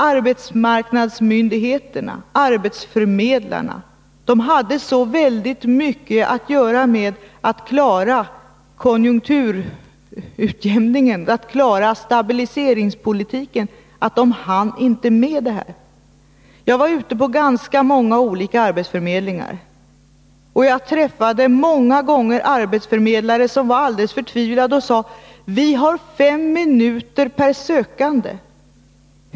Arbetsmarknadsmyndigheterna, arbetsförmedlarna, hade så mycket att göra med att klara konjunkturutjämningen och stabiliseringspolitiken att de inte hann med detta. Jag var ute på ganska många arbetsförmedlingar och jag träffade många gånger arbetsförmedlare som var alldeles förtvivlade och sade: ”Vi har fem minuter per sökande.